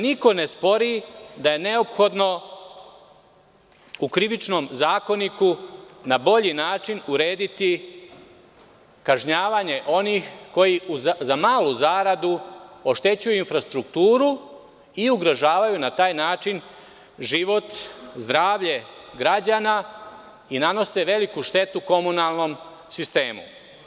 Niko ne spori da je neophodno u Krivičnom zakoniku na bolji način urediti kažnjavanje onih koji za malu zaradu oštećuju infrastrukturu i ugrožavaju na taj način život, zdravlje građana i nanose veliku štetu komunalnom sistemu.